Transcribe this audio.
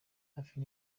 hafi